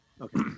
Okay